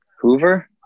Hoover